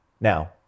Now